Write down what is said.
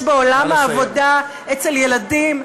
יש בעולם העבודה אצל ילדים?